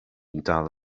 dal